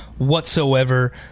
whatsoever